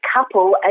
couple